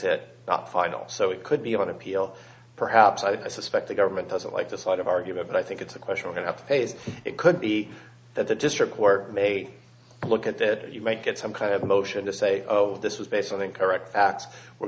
it not final so it could be on appeal perhaps i suspect the government doesn't like the side of argument but i think it's a question we have to face it could be that the district court may look at that you might get some kind of a motion to say oh this was based on incorrect facts we're